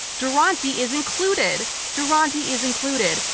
duranty is included! duranty is included.